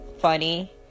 funny